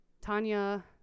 Tanya